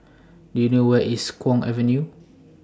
Do YOU know Where IS Kwong Avenue